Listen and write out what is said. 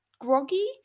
groggy